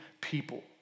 people